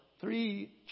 three